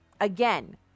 Again